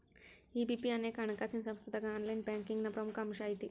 EBP ಅನೇಕ ಹಣಕಾಸಿನ್ ಸಂಸ್ಥಾದಾಗ ಆನ್ಲೈನ್ ಬ್ಯಾಂಕಿಂಗ್ನ ಪ್ರಮುಖ ಅಂಶಾಐತಿ